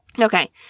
Okay